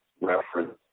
reference